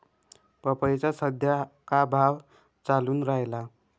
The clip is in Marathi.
पपईचा सद्या का भाव चालून रायला?